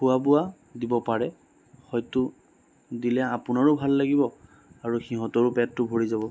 খোৱা বোৱা দিব পাৰে হয়তো দিলে আপোনাৰো ভাল লাগিব আৰু সিহঁতৰো পেটটো ভৰি যাব